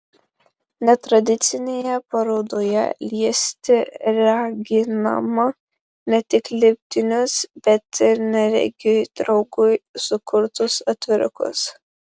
netradicinėje parodoje liesti raginama ne tik lipdinius bet ir neregiui draugui sukurtus atvirukus